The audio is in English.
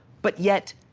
but yet,